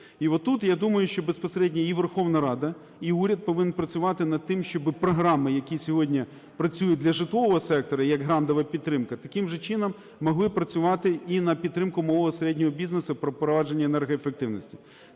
І тут, я думаю, що безпосередньо і Верховна Рада, і уряд повинні працювати над тим, щоб програми, які сьогодні працюють для житлового сектору, як грантова підтримка, таким же чином могли працювати і на підтримку малого-середнього бізнесу про впровадження енергоефективності.